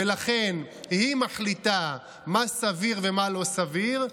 ולכן היא מחליטה מה סביר ומה לא סביר,